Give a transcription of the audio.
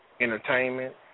entertainment